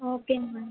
okay ma'am